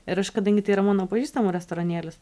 ir aš kadangi tai yra mano pažįstamų restoranėlis